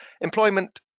Employment